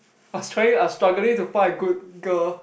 I was trying I struggling to find a good girl